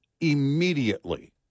immediately